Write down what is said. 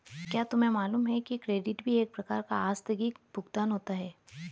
क्या तुम्हें मालूम है कि क्रेडिट भी एक प्रकार का आस्थगित भुगतान होता है?